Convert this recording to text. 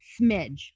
Smidge